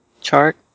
chart